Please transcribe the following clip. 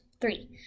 Three